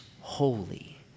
holy